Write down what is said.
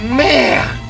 man